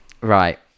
right